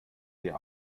dir